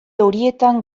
horietan